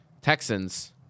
Texans